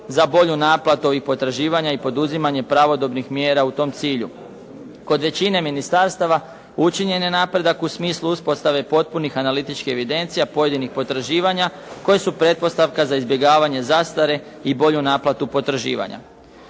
za bolju naplatu i potraživanja i poduzimanje pravodobnih mjera u tom cilju. Kod većine ministarstva učinjen je napredak u smislu uspostave potpunih analitičkih evidencija, pojedinih potraživanja koji su pretpostavka za izbjegavanje zastare i bolju naplatu potraživanja.